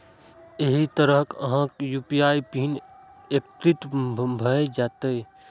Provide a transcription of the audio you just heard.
एहि तरहें अहांक यू.पी.आई पिन क्रिएट भए जाएत